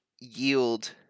yield